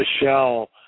Michelle